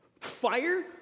Fire